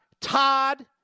Todd